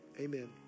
amen